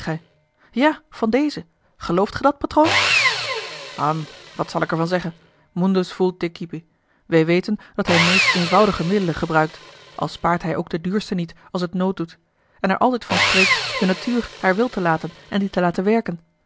ja van deze gelooft ge dat patroon hm wat zal ik er van zeggen mundus vult decipi wij weten dat hij meest eenvoudige middelen gebruikt al spaart hij ook de duurste niet als het nood doet en er altijd van spreekt de natuur haar wil te laten en die te laten werken